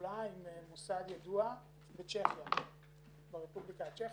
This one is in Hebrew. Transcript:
פעולה עם מוסד ידוע ברפובליקה הצ'כית.